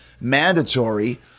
mandatory